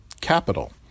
capital